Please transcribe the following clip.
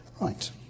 Right